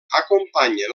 acompanyen